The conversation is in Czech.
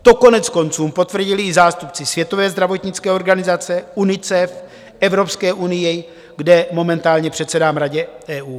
To koneckonců potvrdili i zástupci Světové zdravotnické organizace, UNICEF, Evropské unie, kde momentálně předsedám Radě EU.